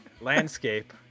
landscape